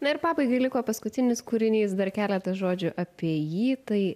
na ir pabaigai liko paskutinis kūrinys dar keletas žodžių apie jį tai